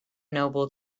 noble